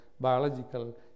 biological